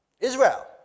Israel